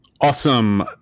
Awesome